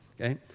okay